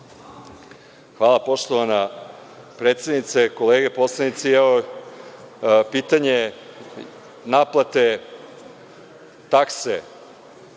Hvala poštovana predsednice, kolege poslanici, pitanje naplate takse